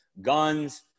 Guns